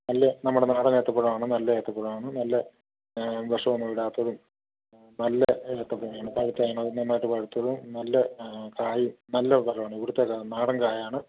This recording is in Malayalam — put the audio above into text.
നല്ല നമ്മുടെ നാടൻ ഏത്തപ്പഴമാണ് നല്ല ഏത്തപ്പഴമാണ് നല്ല വിഷമൊന്നും ഇടാത്തതും നല്ല ഏത്തപ്പഴാണ് പഴുത്തതാണ് നന്നായിട്ട് പഴുത്തതും നല്ല കായും നല്ല പഴമാണ് ഇവിടുത്തെ കാ നാടൻ കായ ആണ്